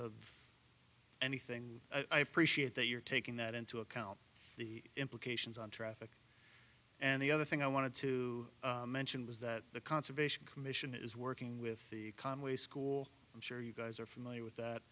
of anything i appreciate that you're taking that into account the implications on traffic and the other thing i wanted to mention was that the conservation commission is working with the conway school i'm sure you guys are familiar with that